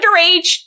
underage